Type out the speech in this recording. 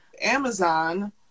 Amazon